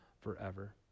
forever